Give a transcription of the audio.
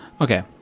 okay